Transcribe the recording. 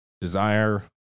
Desire